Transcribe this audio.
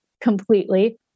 completely